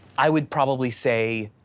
i would probably say,